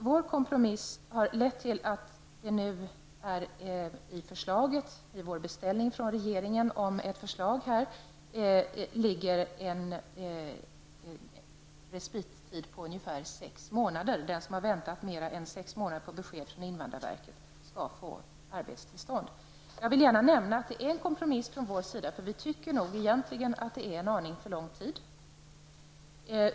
Vår kompromissvilja har lett till att det i regeringens förslag, efter vår beställning därom, anges en respittid på ungefär sex månader. Den som har väntat på besked från invandrarverket i mer än sex månader skall alltså få arbetstillstånd. Jag vill gärna nämna att det är en kompromiss från oss. Egentligen tycker vi att det är en något för lång väntetid.